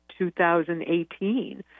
2018